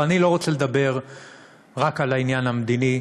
אבל אני לא רוצה לדבר רק על העניין המדיני,